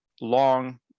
long